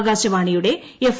ആകാശവാണിയുടെ എഫ്